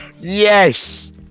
Yes